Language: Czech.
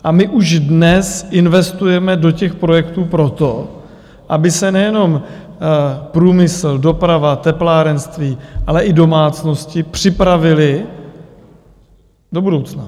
A my už dnes investujeme do těch projektů proto, aby se nejenom průmysl, doprava, teplárenství, ale i domácnosti připravily do budoucna.